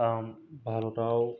भारताव